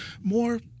more